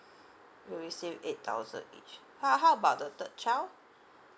will receive eight thousand each how how about the third child